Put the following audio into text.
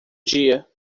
dia